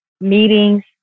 meetings